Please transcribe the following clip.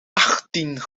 achttien